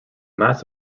mass